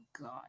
God